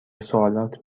سوالات